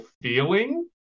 feeling